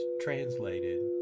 translated